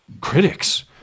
Critics